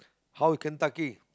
how Kentucky